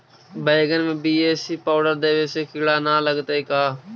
बैगन में BAC powder देबे से किड़ा न लगतै का?